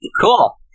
Cool